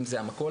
אם זה המכולת,